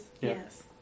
Yes